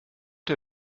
der